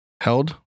Held